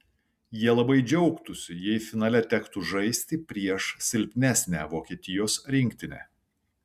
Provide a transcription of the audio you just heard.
jie labai džiaugtųsi jei finale tektų žaisti prieš silpnesnę vokietijos rinktinę